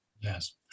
yes